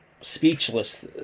speechless